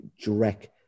direct